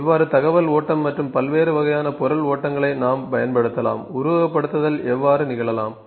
இவ்வாறு தகவல் ஓட்டம் மற்றும் பல்வேறு வகையான பொருள் ஓட்டங்களை நாம் பயன்படுத்தலாம் உருவகப்படுத்துதல் எவ்வாறு நிகழலாம்